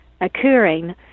occurring